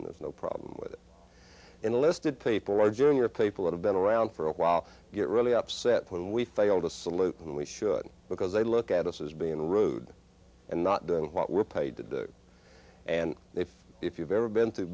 and there's no problem with it in the that paper or junior paper would have been around for a while get really upset when we failed to salute and we should because they look at us as being rude and not doing what we're paid to do and if if you've ever been through